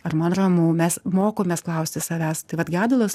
ar man ramu mes mokomės klausti savęs tai vat gedulas